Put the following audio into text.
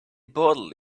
bottle